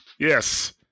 Yes